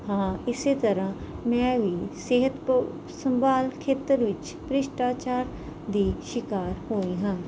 ਹਾਂ ਇਸ ਤਰ੍ਹਾਂ ਮੈਂ ਵੀ ਸਿਹਤ ਪ ਸੰਭਾਲ ਖੇਤਰ ਵਿੱਚ ਭ੍ਰਿਸ਼ਟਾਚਾਰ ਦੀ ਸ਼ਿਕਾਰ ਹੋਈ ਹਾਂ